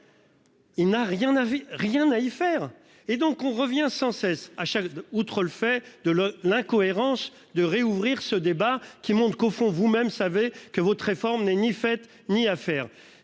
n'a rien à y faire et donc on revient sans cesse. À chaque, outre le fait de l'autre l'incohérence de réouvrir ce débat qui monte qu'au fond vous-même savez que votre réforme n'est ni fait ni à faire,